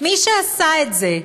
מי שעשה את זה,